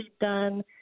done